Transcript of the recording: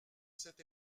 cet